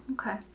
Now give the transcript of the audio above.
Okay